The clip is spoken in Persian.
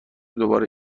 دوباره